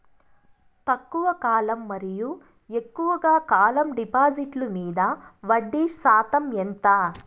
తక్కువ కాలం మరియు ఎక్కువగా కాలం డిపాజిట్లు మీద వడ్డీ శాతం ఎంత?